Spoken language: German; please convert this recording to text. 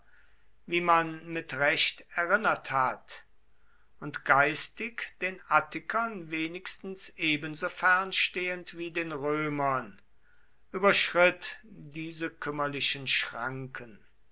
wie man mit recht erinnert hat und geistig den attikern wenigstens ebensofern stehend wie den römern überschritt diese kümmerlichen schranken